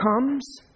comes